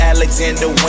Alexander